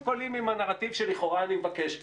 עולים עם הנרטיב שלכאורה אני מבקש פה.